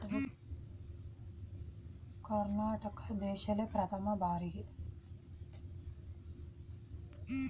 ಕರ್ನಾಟಕ ದೇಶ್ದಲ್ಲೇ ಪ್ರಥಮ್ ಭಾರಿಗೆ ತೋಟಗಾರಿಕೆ ಇಲಾಖೆ ಪ್ರಾರಂಭಿಸಿ ಇತರೆ ರಾಜ್ಯಕ್ಕೆ ಮಾದ್ರಿಯಾಯ್ತು